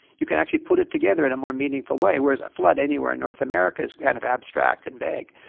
you can actually put it together in a more meaningful way. whereas a flood anywhere in north america is kind of abstract and vague.